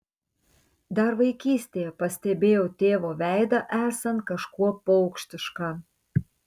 dar vaikystėje pastebėjau tėvo veidą esant kažkuo paukštišką